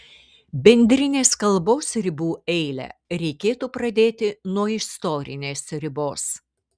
bendrinės kalbos ribų eilę reikėtų pradėti nuo istorinės ribos